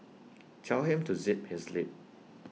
tell him to zip his lip